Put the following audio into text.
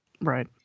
Right